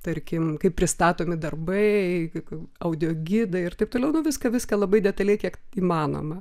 tarkim kaip pristatomi darbai kaip audio gidai ir taip toliau nu viską viską labai detaliai kiek įmanoma